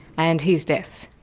and he's deaf.